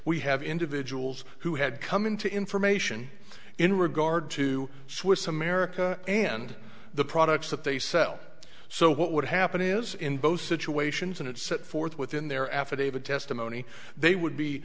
we have individuals who had come in to information in regard to swiss america and the products that they sell so what would happen is in both situations and it set forth within their affidavit testimony they would be